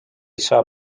saa